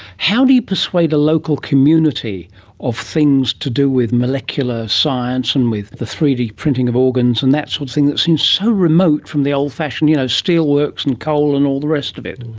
how do you persuade a local community of things to do with molecular science and with the three d printing of organs and that sort of thing that seems so remote from the old-fashioned you know steelworks and coal and all the rest of it?